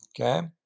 Okay